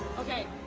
okay.